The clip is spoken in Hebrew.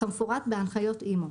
כמפורט בהנחיות אימ"ו,